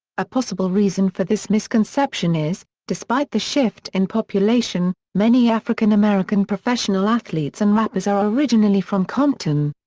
a possible reason for this misconception is, despite the shift in population, many african american professional athletes and rappers are originally from compton.